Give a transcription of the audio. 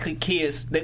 kids